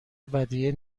ودیعه